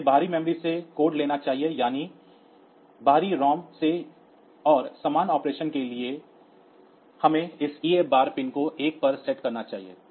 इसे बाहरी मेमोरी से कोड लेना चाहिए यानी बाहरी ROM से और सामान्य ऑपरेशन के लिए हमें इस EA बार पिन को 1 पर सेट करना चाहिए